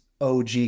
OG